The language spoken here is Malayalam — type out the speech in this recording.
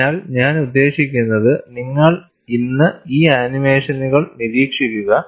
അതിനാൽ ഞാൻ ഉദ്ദേശിക്കുന്നത് നിങ്ങൾ ഇന്ന് ഈ ആനിമേഷനുകൾ നിരീക്ഷിക്കുക